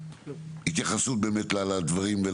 העניין, והתייחסות באמת לדברים.